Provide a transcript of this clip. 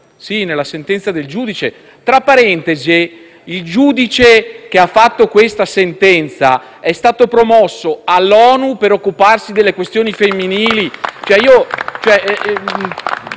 c'è la sentenza del giudice (per inciso, il giudice che ha adottato questa sentenza è stato promosso all'ONU per occuparsi delle questioni femminili!).